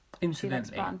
incidentally